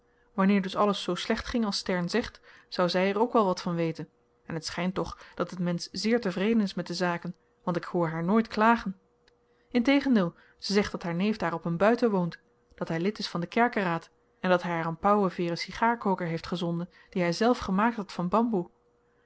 wanneer dus alles zoo slecht ging als stern zegt zou zy er ook wel wat van weten en t schynt toch dat het mensch zeer tevreden is met de zaken want ik hoor haar nooit klagen integendeel ze zegt dat haar neef daar op een buiten woont dat hy lid is van den kerkeraad en dat hy haar een pauwenveeren sigaarkoker heeft gezonden dien hy zelf gemaakt had van bamboe